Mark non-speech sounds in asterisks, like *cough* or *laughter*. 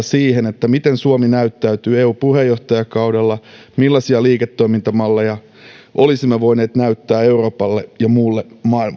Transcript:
*unintelligible* siihen miten suomi näyttäytyy eu puheenjohtajakaudella millaisia liiketoimintamalleja olisimme voineet näyttää euroopalle ja muulle maailmalle